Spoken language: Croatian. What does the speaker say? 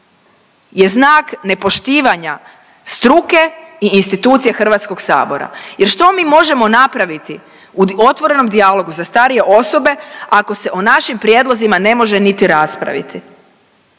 je znak nepoštivanja struke i institucije Hrvatskog sabora. Jer što mi možemo napraviti u otvorenom dijalogu za starije osobe ako se o našim prijedlozima ne može niti raspraviti.